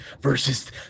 versus